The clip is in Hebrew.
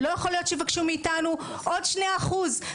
לא יכול להיות שיבקשו מאיתנו עוד 2%;